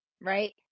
right